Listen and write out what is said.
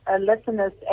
listeners